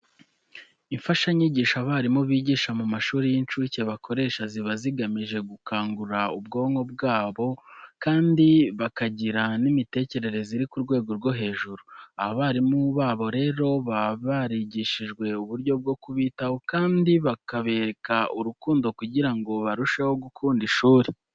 Imfashanyigisho abarimu bigisha mu mashuri y'inshuke bakoresha ziba zigamije gukangura ubwonko bwabo kandi bakagira n'imitekerereze iri ku rwego rwo hejuru. Aba barimu babo rero baba barigishijwe uburyo bwo kubitaho kandi bakabereka urukundo kugira ngo barusheho gukunda ishuri.